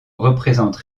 représentent